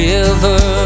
River